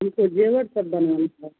हमको ज़ेवर सब बनवाना था